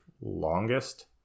longest